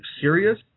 serious